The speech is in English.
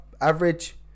Average